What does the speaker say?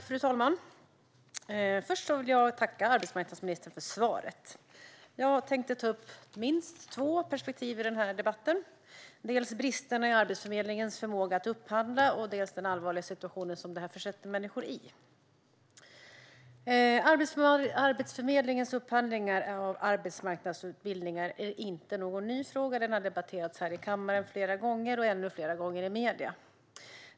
Fru talman! Först vill jag tacka arbetsmarknadsministern för svaret. Jag tänkte ta upp minst två perspektiv i denna debatt: dels bristerna i Arbetsförmedlingens förmåga att upphandla, dels den allvarliga situation som detta försätter människor i. Arbetsförmedlingens upphandlingar av arbetsmarknadsutbildningar är inte någon ny fråga - den har debatterats här i kammaren flera gånger och ännu fler gånger i medierna.